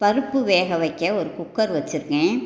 பருப்பு வேக வைக்க ஒரு குக்கர் வச்சுருக்கேன்